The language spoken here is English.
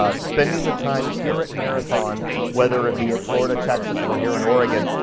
ah spending the time here at marathon whether it be at florida, texas, or here in oregon,